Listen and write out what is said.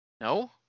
No